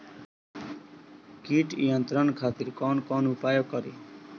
कीट नियंत्रण खातिर कवन कवन उपाय करी?